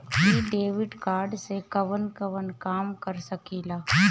इ debit card से कवन कवन काम कर सकिला?